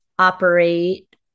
operate